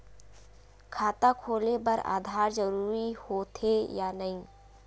खाता खोले बार आधार जरूरी हो थे या नहीं?